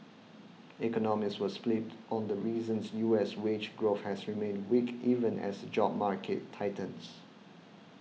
economists were split on the reasons U S wage growth has remained weak even as the job market tightens